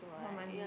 how many